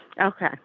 Okay